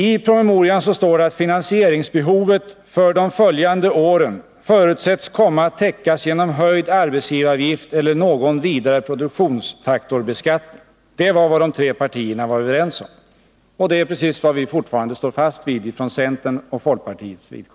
I promemorian står det att finansieringsbehovet för de följande åren förutsätts komma att täckas genom höjd arbetsgivaravgift eller någon vidare produktionsfaktorsbeskattning. Det var vad de tre partierna var överens om, och det är precis vad centern och folkpartiet fortfarande står fast vid.